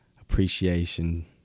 appreciation